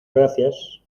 gracias